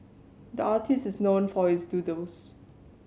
the artist is known for his doodles